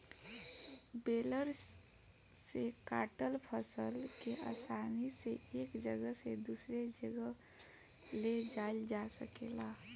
baler से काटल फसल के आसानी से एक जगह से दूसरे जगह ले जाइल जा सकेला